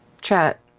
chat